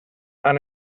han